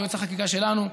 יועץ החקיקה שלנו,